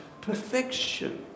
perfection